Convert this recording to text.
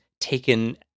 taken